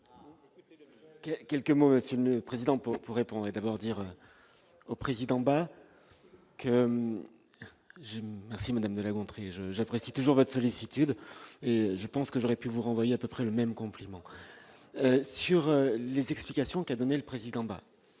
Quelques mots Sydney président pour pour répondre et d'abord dire au président que j'merci madame de La Gontrie je j'apprécie toujours votre sollicitude et je pense que j'aurais pu vous renvoyer à peu près le même compliment sur les explications qu'a données le président bah,